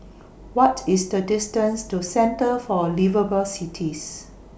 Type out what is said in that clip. What IS The distance to Centre For Liveable Cities